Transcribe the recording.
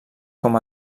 com